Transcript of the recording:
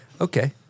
Okay